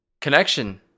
connection